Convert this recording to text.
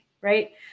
right